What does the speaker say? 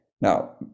Now